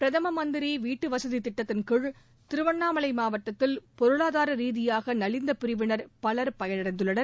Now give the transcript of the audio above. பிரதமமந்திரிவீட்டுவசதிதிட்டத்தின் திருவண்ணாமலைமாவட்டத்தில் கீழ் பொருளாதாரரீ தியாகநலிந்தபிரிவினர் பலர் பயடைந்துள்ளனர்